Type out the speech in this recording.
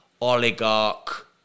oligarch